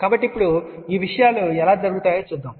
కాబట్టి ఇప్పుడు ఈ విషయాలు ఎలా జరుగుతాయో చూద్దాం